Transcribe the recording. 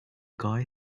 guy